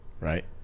right